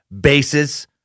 bases